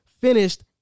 finished